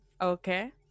okay